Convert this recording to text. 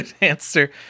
answer